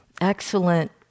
excellent